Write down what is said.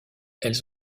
elles